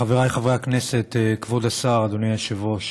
חבריי חברי הכנסת, כבוד השר, אדוני היושב-ראש,